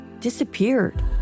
disappeared